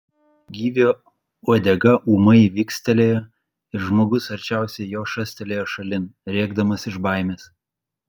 gyvio uodega ūmai vikstelėjo ir žmogus arčiausiai jo šastelėjo šalin rėkdamas iš baimės